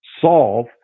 solve